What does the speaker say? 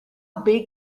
big